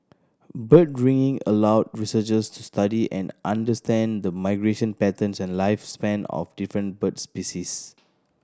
bird ringing allow researchers to study and understand the migration patterns and lifespan of different bird species